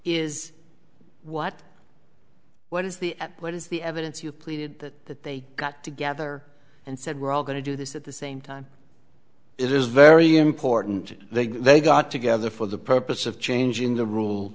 is what what is the what is the evidence you pleaded that they got together and said we're all going to do this at the same time it is very important that they got together for the purpose of changing the rule